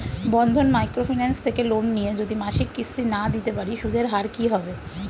বন্ধন micro finance থেকে loan নিয়ে যদি মাসিক কিস্তি না দিতে পারি সুদের হার কি হবে?